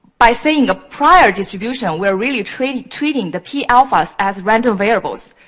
by saying a prior distribution, we're really treating treating the p alphas as random variables.